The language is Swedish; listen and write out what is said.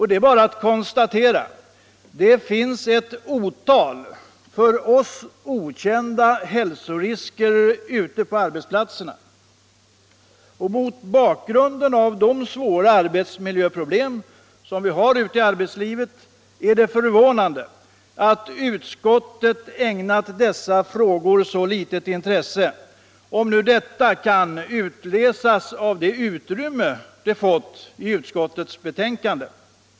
Det är bara att konstatera att det finns ett otal för oss okända hälsorisker ute på arbetsplatserna. Mot bakgrunden av de svåra arbetsmiljöproblem som finns i arbetslivet är det förvånande att utskottet har ägnat dessa frågor så litet intresse, om nu detta kan utläsas av det utrymme frågorna fått i utskottets betänkande.